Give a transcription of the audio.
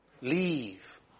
leave